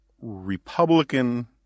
Republican